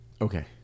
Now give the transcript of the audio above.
Okay